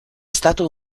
stato